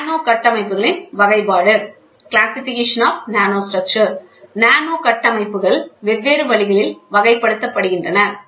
நானோ கட்டமைப்புகளின் வகைப்பாடு நானோ கட்டமைப்புகள் வெவ்வேறு வழிகளில் வகைப்படுத்தப்படுகின்றன